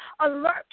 alert